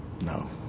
no